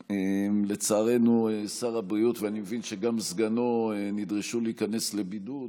לצערנו שר הבריאות ואני מבין שגם סגנו נדרשו להיכנס לבידוד,